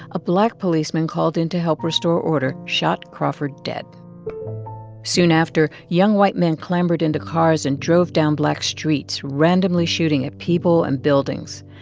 a black policeman called in to help restore order shot crawford dead soon after, young white men clambered into cars and drove down black streets, randomly shooting at people and buildings.